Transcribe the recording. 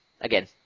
again